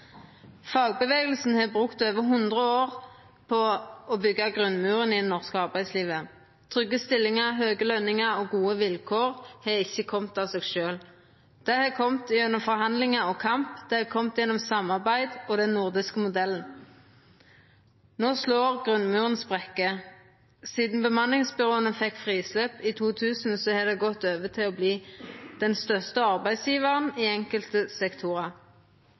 Fagbevegelsen har brukt over hundre år på å byggja grunnmuren i det norske arbeidslivet. Trygge stillingar, høge lønningar og gode vilkår har ikkje kome av seg sjølv. Det har kome gjennom forhandlingar og kamp, det har kome gjennom samarbeid og den nordiske modellen. No slår grunnmuren sprekkar. Sidan bemanningsbyråa fekk frislepp i 2000, har dei gått over til å verta den største arbeidsgjevaren i enkelte sektorar.